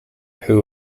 who